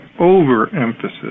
overemphasis